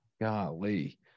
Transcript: golly